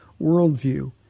worldview